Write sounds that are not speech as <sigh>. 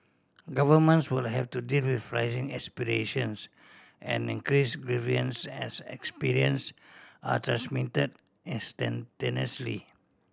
governments will have to deal with <unintelligible> aspirations and increase grievances as experience are transmit instantaneously